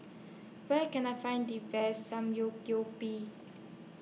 Where Can I Find The Best